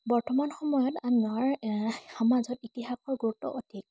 বৰ্তমান সময়ত আমাৰ সমাজত ইতিহাসৰ গুৰুত্ব অধিক